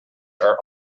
are